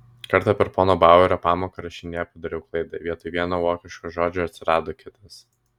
kartą per pono bauerio pamoką rašinyje padariau klaidą vietoj vieno vokiško žodžio atsirado kitas